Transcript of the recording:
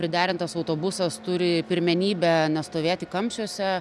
priderintas autobusas turi pirmenybę nestovėti kamščiuose